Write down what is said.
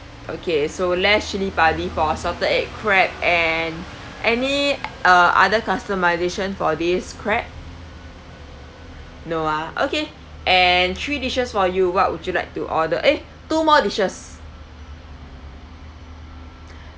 okay so less cili padi for salted egg crab and any uh other customization for this crab no ah okay and three dishes for you what would you like to order eh two more dishes